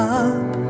up